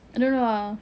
I don't know ah